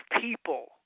people